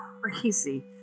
crazy